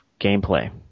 gameplay